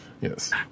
yes